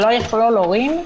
זה לא יכלול הורים?